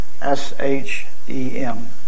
S-H-E-M